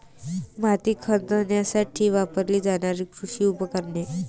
माती खणण्यासाठी वापरली जाणारी कृषी उपकरणे